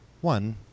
one